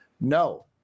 No